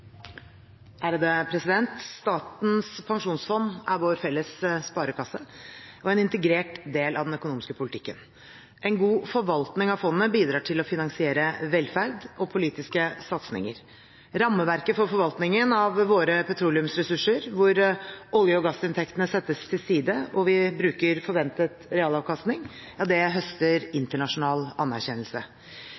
vår felles sparekasse og en integrert del av den økonomiske politikken. En god forvaltning av fondet bidrar til å finansiere velferd og politiske satsinger. Rammeverket for forvaltningen av våre petroleumsressurser, hvor olje- og gassinntektene settes til side og vi bruker forventet realavkastning,